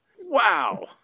Wow